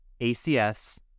ACS